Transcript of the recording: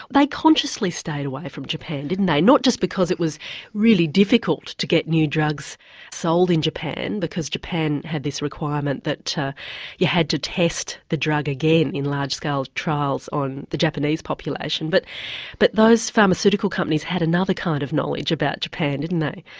they consciously stayed away from japan, didn't they, not just because it was really difficult to get new drugs sold in japan because japan had this requirement that you had to test the drug again in large-scale trials on the japanese population. but but those pharmaceutical companies had another kind of knowledge about japan didn't they?